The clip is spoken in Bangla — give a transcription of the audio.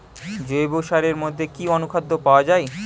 জৈব সারের মধ্যে কি অনুখাদ্য পাওয়া যায়?